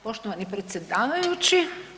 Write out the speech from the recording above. Poštovani predsjedavajući.